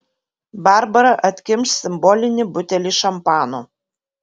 barbara atkimš simbolinį butelį šampano